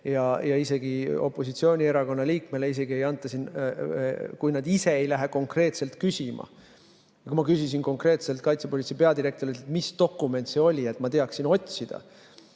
Isegi opositsioonierakonna liikmele ei anta [dokumenti], kui ta ise ei lähe konkreetselt küsima. Ma küsisin konkreetselt kaitsepolitsei peadirektorilt, mis dokument see oli, et ma teaksin otsida.